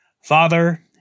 Father